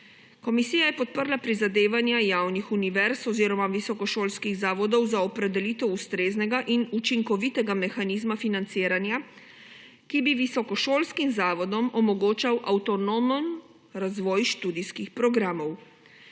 Komisija je podprla prizadevanja javnih univerz oziroma visokošolskih zavodov za opredelitev ustreznega in učinkovitega mehanizma financiranja, ki bi visokošolskim zavodom omogočal avtonomen razvoj študijskih programov.